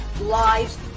lives